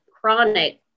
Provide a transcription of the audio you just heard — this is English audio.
chronic